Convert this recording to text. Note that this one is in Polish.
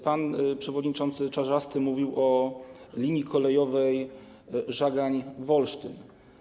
Pan przewodniczący Czarzasty mówił o linii kolejowej Żagań - Wolsztyn.